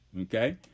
Okay